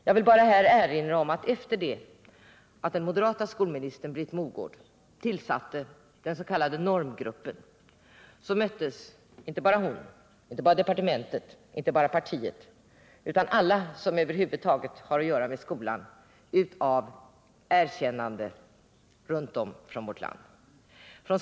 Jag vill här bara erinra om att efter det att den moderata skolministern Britt Mogård tillsatt den s.k. normgruppen möttes inte bara hon, departementet och partiet utan alla som över huvud taget har att göra med skolan av erkännande runt om i vårt land.